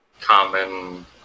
Common